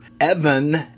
Evan